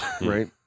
right